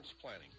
planning